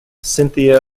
cynthia